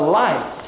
life